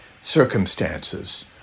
circumstances